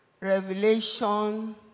Revelation